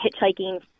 hitchhiking